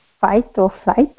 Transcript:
fight-or-flight